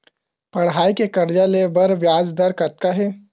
पढ़ई के कर्जा ले बर ब्याज दर कतका हे?